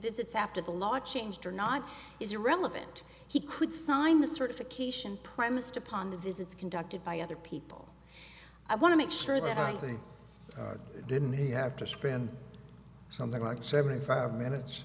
sits after the law changed or not is irrelevant he could sign the certification premised upon the visits conducted by other people i want to make sure that i think didn't he have to spend something like seventy five minutes